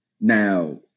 Now